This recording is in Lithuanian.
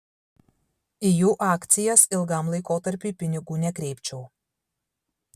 į jų akcijas ilgam laikotarpiui pinigų nekreipčiau